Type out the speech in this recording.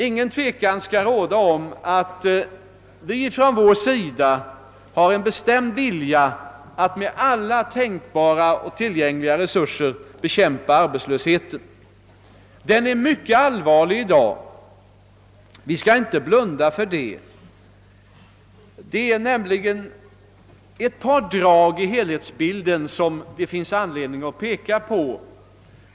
Ingen tvekan skall råda om att vi har en bestämd vilja att med alla tänkbara och tillgängliga resurser bekämpa arbetslösheten. Den är mycket allvarlig i dag; vi skall inte blunda för det. Ett par drag i helhetsbilden finns det särskild anledning att peka på.